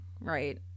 right